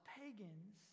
pagans